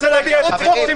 אתה רוצה להביא --- חברים,